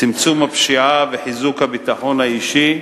צמצום הפשיעה וחיזוק הביטחון האישי,